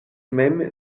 mem